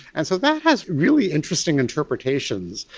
and so that has really interesting interpretations.